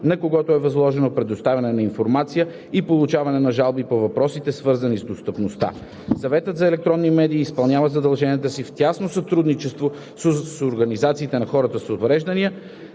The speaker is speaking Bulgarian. на когото е възложено предоставяне на информация и получаване на жалби по въпросите, свързани с достъпността. Съветът за електронни медии изпълнява задълженията си в тясно сътрудничество с организациите на хората с увреждания.